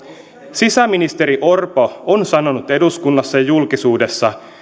sisäministeri orpo on sanonut eduskunnassa ja julkisuudessa